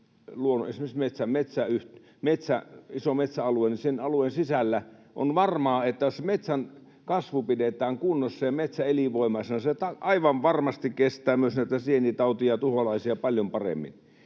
esimerkiksi isolla metsäalueella, niin sen alueen sisällä on varmaa, että jos se metsän kasvu pidetään kunnossa ja metsä elinvoimaisena, se aivan varmasti kestää myös näitä sienitauteja ja tuholaisia paljon paremmin.